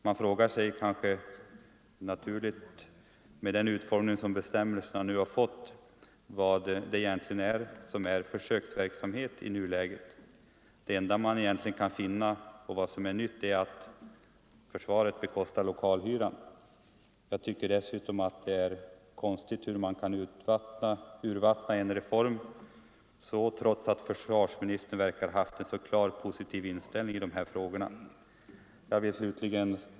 Man frågar sig naturligtvis, med den utformning som bestämmelserna nu fått, vad det egentligen är som är försöksverksamhet. Det enda nya man kan finna är att försvaret bekostar lokalhyran. Jag tycker dessutom att det är konstigtatt man kan urvattna en reform på detta sätt, trots att försvarsministern verkar ha haft en klart positiv inställning till dessa frågor. 1.